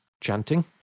chanting